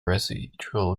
residual